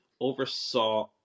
oversaw